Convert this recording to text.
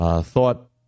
thought